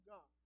God